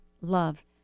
love